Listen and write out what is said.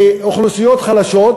שאוכלוסיות חלשות,